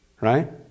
right